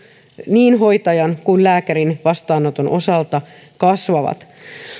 niin hoitajan kuin lääkärin vastaanoton osalta kasvavat